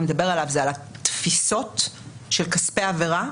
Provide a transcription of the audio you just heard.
לדבר עליו הוא התפיסות של כספי עבירה.